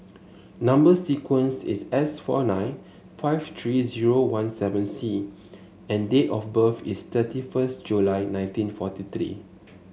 number sequence is S four nine five three zero one seven C and date of birth is thirty first July nineteen forty three